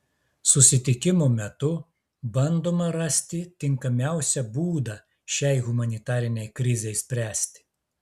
susitikimo metu bandoma rasti tinkamiausią būdą šiai humanitarinei krizei spręsti